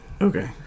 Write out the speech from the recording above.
Okay